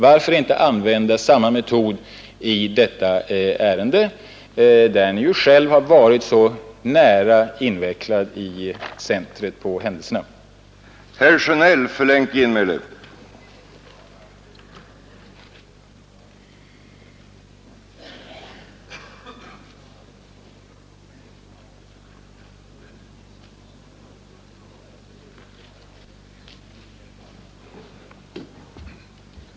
Varför inte använda samma metod i detta ärende, där Ni ju själv har varit så nära invecklad i händelsernas centrum?